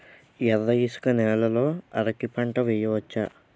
ఎర్ర ఇసుక నేల లో అరటి పంట వెయ్యచ్చా?